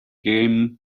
game